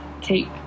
take